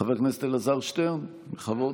חבר הכנסת אלעזר שטרן, בכבוד.